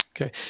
Okay